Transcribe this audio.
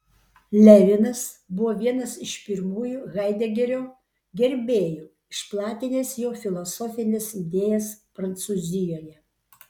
levinas buvo vienas iš pirmųjų haidegerio gerbėjų išplatinęs jo filosofines idėjas prancūzijoje